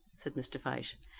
said mr. fyshe.